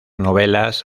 novelas